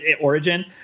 origin